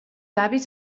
avis